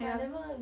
ya